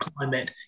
climate